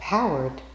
Powered